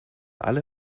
alle